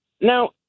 Now